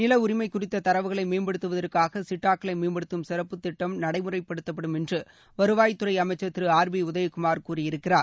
நில உரிமை குறித்த தரவுகளை மேம்படுத்துவதற்காக சிட்டாக்களை மேம்படுத்தும் சிறப்பு திட்டம் நடைமுறைப்படுத்தப்படும் என்று வருவாய்த் துறை அமைச்சர் திரு ஆர் பி உதயகுமார் கூறியிருக்கிறார்